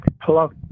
Hello